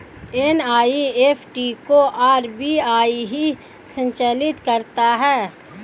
NEFT को RBI ही संचालित करता है